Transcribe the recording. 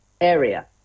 area